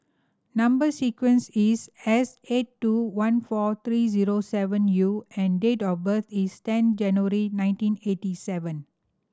number sequence is S eight two one four three zero seven U and date of birth is ten January nineteen eighty seven